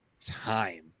time